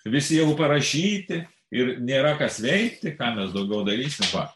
visi jau parašyti ir nėra kas veikti ką mes daugiau darysim va